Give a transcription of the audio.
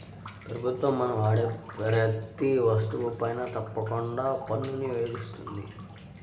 ప్రభుత్వం మనం వాడే ప్రతీ వస్తువుపైనా తప్పకుండా పన్నుని వేస్తుంది